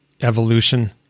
evolution